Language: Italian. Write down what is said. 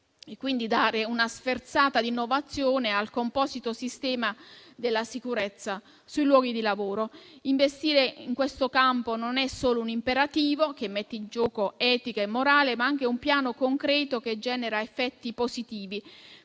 e quindi dare una sferzata di innovazione al composito sistema della sicurezza sui luoghi di lavoro. Investire in questo campo non è solo un imperativo che mette in gioco etica e morale, ma anche un piano concreto che genera effetti positivi.